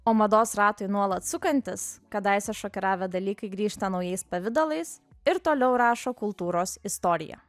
o mados ratui nuolat sukantis kadaise šokiravę dalykai grįžta naujais pavidalais ir toliau rašo kultūros istoriją